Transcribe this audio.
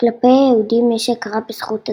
כלפי היהודים יש הכרה בזכות עצמם.